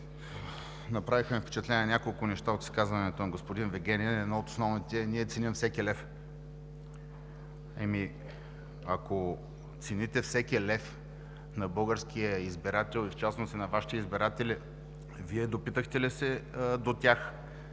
Ако цените всеки лев на българския избирател и в частност и на Вашите избиратели, Вие допитахте ли се до тях